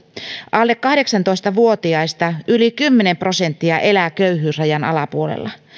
alle kahdeksantoista vuotiaista yli kymmenen prosenttia elää köyhyysrajan alapuolella